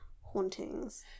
hauntings